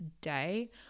day